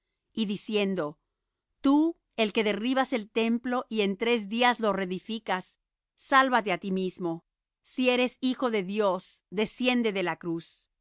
y diciendo tú el que derribas el templo y en tres días lo reedificas sálvate á ti mismo si eres hijo de dios desciende de la cruz